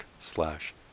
slash